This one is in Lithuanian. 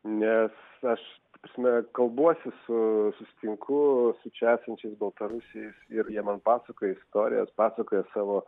nes aš prasme kalbuosi su susitinku su čia esančiais baltarusiais ir jie man pasakoja istorijas pasakoja savo